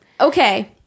Okay